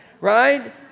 right